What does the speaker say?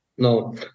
No